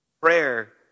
Prayer